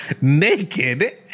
naked